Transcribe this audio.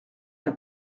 n’a